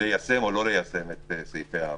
ליישם או לא ליישם את סעיפי האמנה.